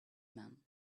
man